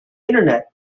internet